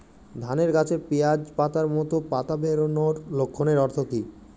ধানের গাছে পিয়াজ পাতার মতো পাতা বেরোনোর লক্ষণের অর্থ কী?